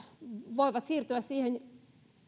voivat siirtyä